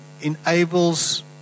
enables